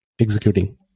executing